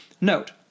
Note